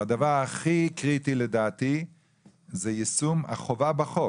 והדבר הכי קריטי לדעתי זה יישום החובה בחוק,